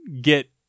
get